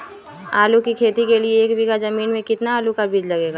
आलू की खेती के लिए एक बीघा जमीन में कितना आलू का बीज लगेगा?